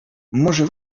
może